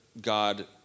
God